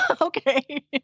okay